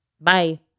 Bye